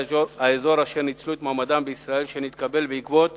האזור אשר ניצלו את מעמדם בישראל שהתקבל בעקבות